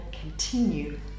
continue